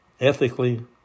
Ethically